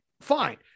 fine